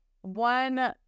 one